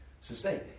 sustain